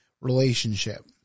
relationship